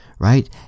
right